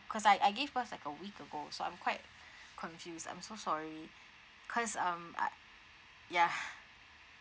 cause I I give birth like a week ago so I'm quite confused I'm so sorry cause um uh ya